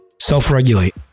self-regulate